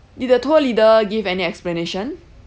did the tour leader give any explanation